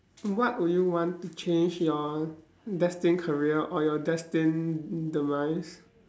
what would you want to change your destined career or your destined demise